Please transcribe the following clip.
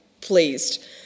pleased